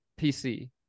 PC